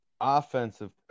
Offensive